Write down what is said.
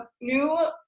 new